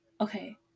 Okay